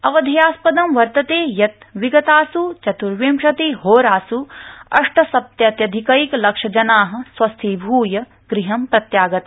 अवधेयास्पदं वर्तते यत् विगतासू चतूर्विशतिहोरासू अष्टसप्तत्यधिकैकलक्षजना स्वस्थीभूय गृहं प्रत्यागता